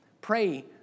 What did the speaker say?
Pray